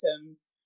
items